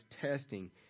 testing